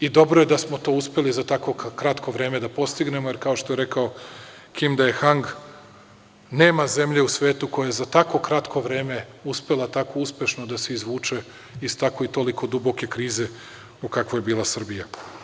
Dobro je da smo to uspeli za tako kratko vreme da postignemo, jer kao što je rekao Kim Dehang - nema zemlje u svetu koja je za tako kratko vreme uspela tako uspešno da se izvuče iz tako i toliko duboke krize u kakvoj je bila Srbija.